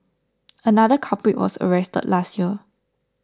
another culprit was arrested last year